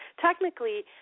technically